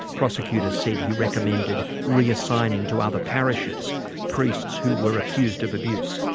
prosecutor said he recommended reassigning to other parishes priests who were accused of abuse.